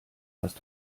hast